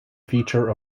feature